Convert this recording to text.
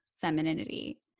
femininity